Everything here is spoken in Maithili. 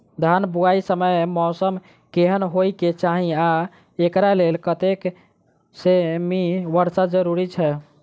धान बुआई समय मौसम केहन होइ केँ चाहि आ एकरा लेल कतेक सँ मी वर्षा जरूरी छै?